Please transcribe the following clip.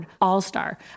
All-star